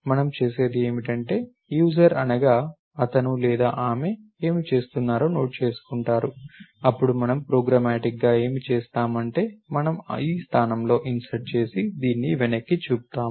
మనం చేసేది ఏమిటంటే యూజర్ అనగా అతను లేదా ఆమె ఏమి చేస్తున్నారో నోట్ చేసుకుంటారు అప్పుడు మనం ప్రోగ్రామాటిక్గా ఏమి చేస్తాం అంటే మనము ఈ స్థానంలో ఇన్సర్ట్ చేసి దీన్ని వెనక్కి చూపుతాము